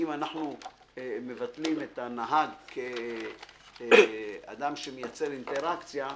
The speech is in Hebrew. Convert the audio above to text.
אם אנחנו מבטלים את הנהג, כאדם שמייצר אינטראקציה,